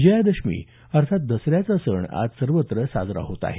विजयादशमी अर्थात दसऱ्याचा सण आज सर्वत्र साजरा होत आहे